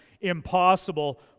impossible